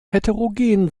heterogen